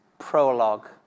prologue